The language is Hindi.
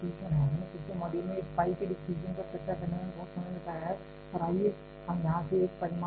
हमने पिछले मॉड्यूल में इस फाई के डिस्ट्रीब्यूशन पर चर्चा करने में बहुत समय बिताया है और आइए हम यहां से एक परिणाम लेते हैं